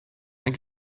ein